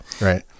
right